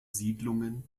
siedlungen